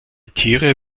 tiere